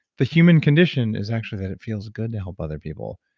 the human condition is actually that it feels good to help other people.